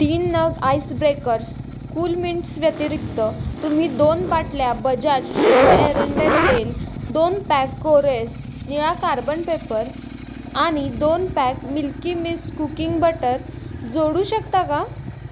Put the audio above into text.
तीन नग ice breakers cool mints व्यतिरिक्त तुम्ही दोन बाटल्या बजाज शुद्ध एरेंडेल तेल दोन पॅक कोरेस निळा कार्बन पेपर आणि दोन pack milky mist cooking butter जोडू शकता का